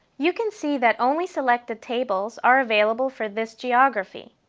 you can see that only selected tables are available for this geography.